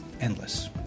endless